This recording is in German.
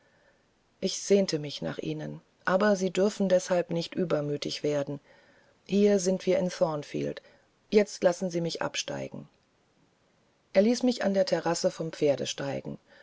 ich sehnte mich nach ihnen aber sie dürfen deshalb nicht übermütig werden hier sind wir in thornfield jetzt lassen sie mich absteigen er ließ mich an der terrasse vom pferde steigen